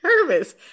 nervous